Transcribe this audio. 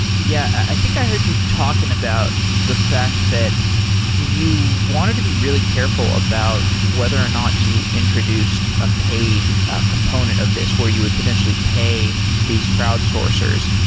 yeah. i think i heard you talking about the fact that you wanted to be really careful about whether or not you introduced a paid component of this, where you would potentially pay these crowd sourcers.